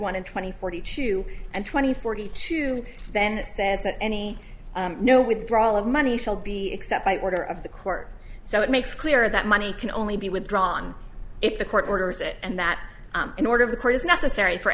one and twenty forty two and twenty forty two then it says that any no withdrawal of money shall be except by order of the court so it makes clear that money can only be withdrawn if the court orders it and that an order of the court is necessary for